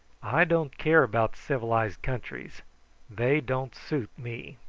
i don't care about civilised countries they don't suit me.